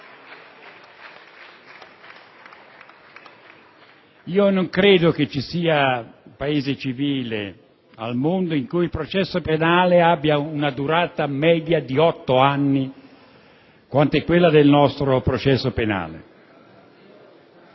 Non credo che ci sia Paese civile al mondo in cui il processo penale abbia una durata media di otto anni, quant'è quella del nostro processo penale.